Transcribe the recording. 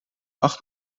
acht